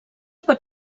pot